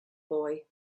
boy